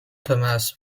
thomas